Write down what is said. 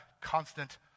constant